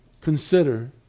consider